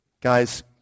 Guys